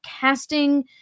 casting